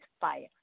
fire